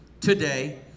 today